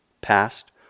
past